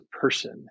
person